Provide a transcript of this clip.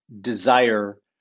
desire